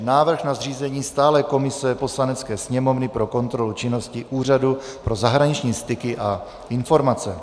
Návrh na zřízení stálé komise Poslanecké sněmovny pro kontrolu činnosti Úřadu pro zahraniční styky a informace